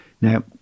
Now